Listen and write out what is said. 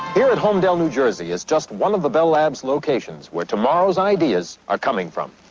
here at holmdel, new jersey, is just one of the bell labs locations, where tomorrow's ideas are coming from.